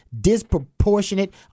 disproportionate